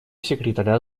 секретаря